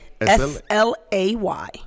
S-L-A-Y